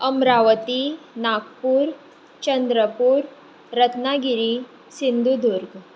Amravati Nagpur Chandrapur Ratnagiri Sindhudurg